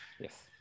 Yes